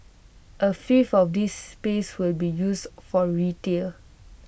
A fifth of this space will be used for retail